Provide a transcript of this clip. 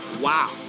Wow